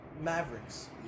Mavericks